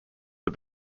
but